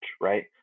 right